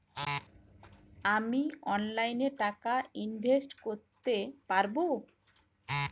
আমি অনলাইনে টাকা ইনভেস্ট করতে পারবো?